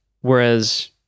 Whereas